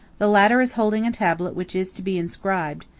the latter is holding a tablet which is to be inscribed,